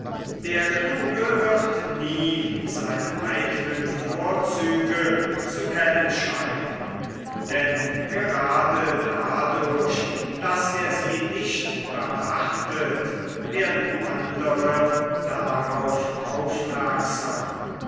der kluge wird nie seine eigenen vorzüge zu kennen scheinen denn grade dadurch daß er sie nicht beachtet werden andre darauf aufmerksam